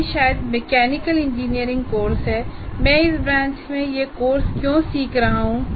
यह शायद mechanical engineering का कोर्स है मैं इस ब्रांच में यह कोर्स क्यों सीख रहा हूं